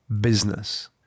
business